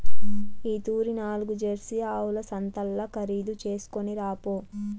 ఈ తూరి నాల్గు జెర్సీ ఆవుల సంతల్ల ఖరీదు చేస్కొని రాపో